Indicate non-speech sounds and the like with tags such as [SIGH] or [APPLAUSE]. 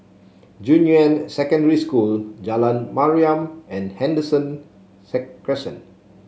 Junyuan Secondary School Jalan Mariam and Henderson [UNINTELLIGIBLE] Crescent